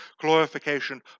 Glorification